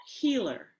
healer